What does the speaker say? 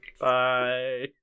Bye